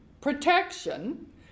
protection